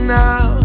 now